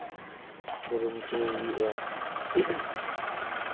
ᱠᱩᱨᱩᱢᱩᱴᱩᱭ ᱦᱩᱭᱩᱜᱼᱟ